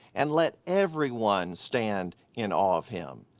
and let everyone stand in awe of him.